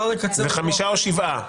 זה חמישה או שבעה ימים.